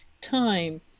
time